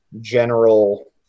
general